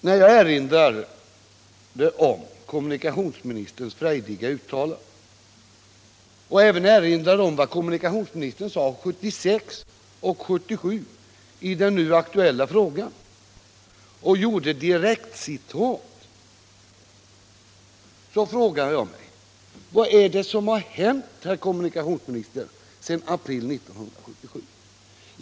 När jag erinrade om kommunikationsministerns frejdiga uttalanden och om vad kommunikationsministern sade 1976 och 1977 i den nu aktuella frågan och gjorde direktcitat, så undrade jag samtidigt: Vad är det som har hänt, herr kommunikationsminister, sedan april 1977?